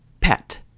PET